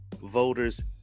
voters